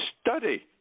study